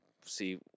see